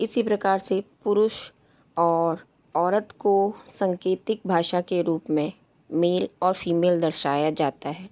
इसी प्रकार से पुरुष और औरत को सांकेतिक भाषा के रूप में मेल और फीमेल दर्शाया जाता है